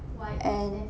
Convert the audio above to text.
and